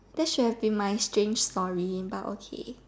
that should've been my strange story but okay